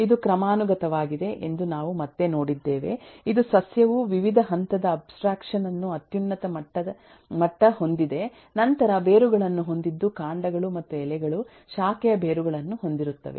ಇದು ಕ್ರಮಾನುಗತವಾಗಿದೆ ಎಂದು ನಾವು ಮತ್ತೆ ನೋಡಿದ್ದೇವೆ ಇದು ಸಸ್ಯವು ವಿವಿಧ ಹಂತದ ಅಬ್ಸ್ಟ್ರಾಕ್ಷನ್ ಯನ್ನು ಅತ್ಯುನ್ನತ ಮಟ್ಟ ಹೊಂದಿದೆ ನಂತರ ಬೇರುಗಳನ್ನು ಹೊಂದಿದ್ದು ಕಾಂಡಗಳು ಮತ್ತು ಎಲೆಗಳು ಶಾಖೆಯ ಬೇರುಗಳನ್ನು ಹೊಂದಿರುತ್ತವೆ